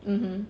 mmhmm